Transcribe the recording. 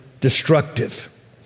destructive